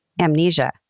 amnesia